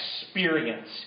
experience